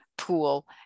pool